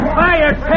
fired